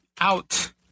out